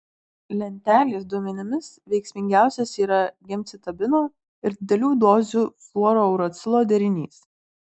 lentelės duomenimis veiksmingiausias yra gemcitabino ir didelių dozių fluorouracilo derinys